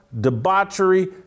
debauchery